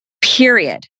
period